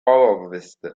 ovest